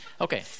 okay